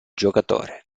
giocatore